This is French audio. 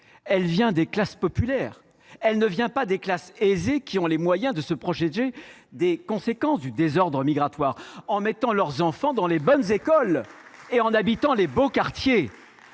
réalité des classes populaires, et non des classes aisées qui ont les moyens de se protéger des conséquences du désordre migratoire en mettant leurs enfants dans les bonnes écoles et en habitant les beaux quartiers